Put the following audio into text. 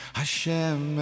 Hashem